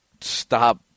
stop